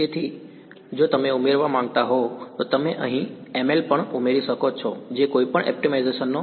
તેથી જો તમે ઉમેરવા માંગતા હો તો તમે અહીં ml પણ ઉમેરી શકો છો જે કોઈપણ ઓપ્ટિમાઇઝેશનનો એક ભાગ છે